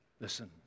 Listen